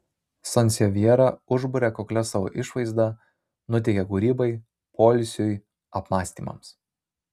sansevjera užburia kuklia savo išvaizda nuteikia kūrybai poilsiui apmąstymams